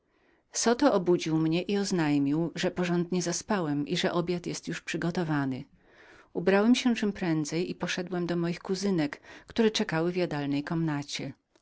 zasnął zoto obudził mnie i rzekł że porządnie zaspałem i że obiad już był przygotowany ubrałem się czem prędzej i poszedłem do moich kuzynek które czekały na mnie